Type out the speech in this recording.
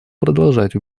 продолжать